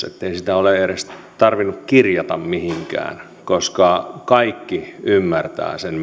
ettei sitä ole edes tarvinnut kirjata mihinkään koska kaikki ymmärtävät sen